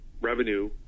revenue